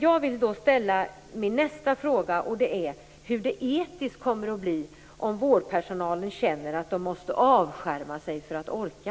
Jag vill ställa ytterligare en fråga. Hur kommer det etiskt att bli om vårdpersonalen känner att den måste avskärma sig för att orka?